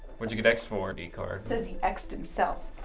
what'd you get exed for, decard? says he exed himself.